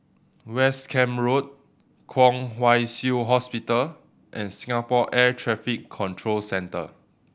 West Camp Road Kwong Wai Shiu Hospital and Singapore Air Traffic Control Centre